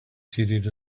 seated